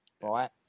right